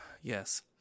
Yes